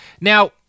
Now